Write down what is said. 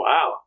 Wow